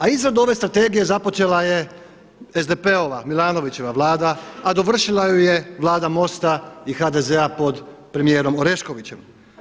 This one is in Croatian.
A izradu ove Strategije započela je SDP-ova, Milanovićeva Vlada a dovršila ju je Vlada MOST-a i HDZ-a pod premijerom Oreškovićem.